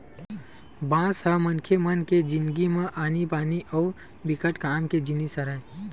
बांस ह मनखे मन के जिनगी म आनी बानी अउ बिकट काम के जिनिस हरय